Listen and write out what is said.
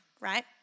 right